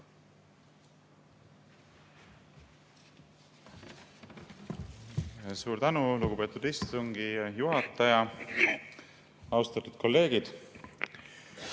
Suur tänu, lugupeetud istungi juhataja! Austatud kolleegid!